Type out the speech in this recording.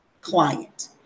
client